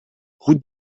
route